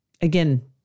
Again